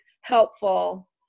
helpful